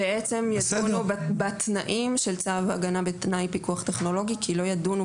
ידנו בתנאים של צו הגנה בתנאי פיקוח טכנולוגי כי כל עוד אין